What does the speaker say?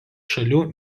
šalių